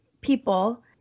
people